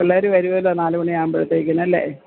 പിള്ളാര് വരുമല്ലോ നാലുമണിയാകുമ്പോഴത്തേക്കും അല്ലെ